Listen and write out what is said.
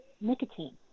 nicotine